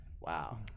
Wow